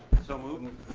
so moved.